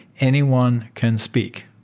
anyone can speak.